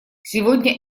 сегодня